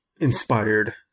inspired